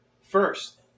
First